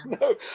No